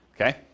okay